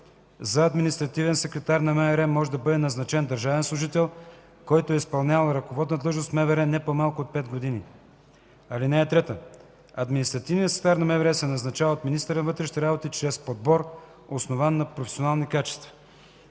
За административен секретар на МВР може да бъде назначен държавен служител, който е изпълнявал ръководна длъжност в МВР не по-малко от 5 години. (3) Административният секретар на МВР се назначава от министъра на вътрешните работи чрез подбор, основан на професионални качества.